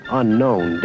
unknown